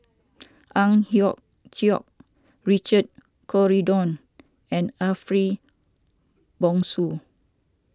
Ang Hiong Chiok Richard Corridon and Ariff Bongso